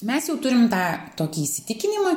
mes jau turim tą tokį įsitikinimą